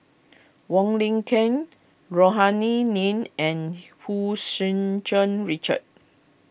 Wong Lin Ken Rohani Din and Hu Tsu Tau Richard